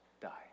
die